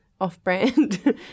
off-brand